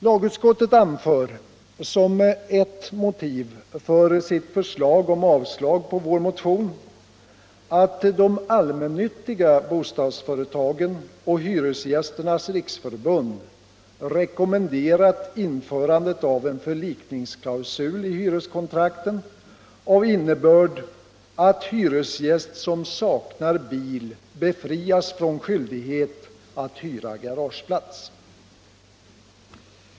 Lagutskottet anför som ett motiv för sitt avstyrkande av vår motion att de allmännyttiga bostadsföretagen och Hyresgästernas riksförbund har rekommenderat införandet av en förlikningsklausul i hyreskontrakten av innebörd att hyresgäst som saknar bil befrias från skyldighet att hyra garageplats.